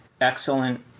excellent